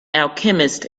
alchemist